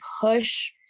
push